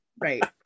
right